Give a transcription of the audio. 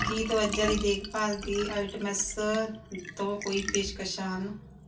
ਕੀ ਤਵਚਾ ਦੀ ਦੇਖਭਾਲ ਦੀ ਆਇਟਮਸ ਤੋਂ ਕੋਈ ਪੇਸ਼ਕਸ਼ਾਂ ਹਨ